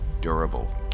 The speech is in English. Durable